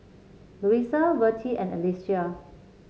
Louisa Vertie and Alesia